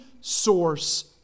source